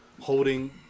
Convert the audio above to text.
holding